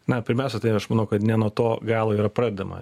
na pirmiausia tai aš manau kad ne nuo to galo yra pradedama